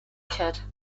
kid